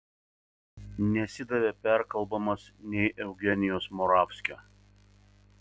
nesidavė perkalbamas nei eugenijaus moravskio